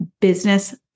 Business